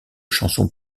chansons